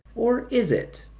or is it?